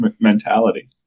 mentality